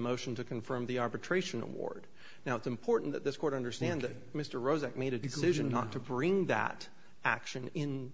motion to confirm the arbitration award now it's important that this court understand that mr rosen made a decision not to bring that action in